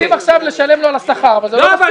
רוצים לשלם לו על השכר אבל זה לא מספיק.